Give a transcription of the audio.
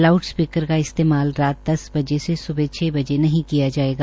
loud speaker का इस्तेमाल रात दस बजे से स्बह छ बजे नहीं किया जायेगा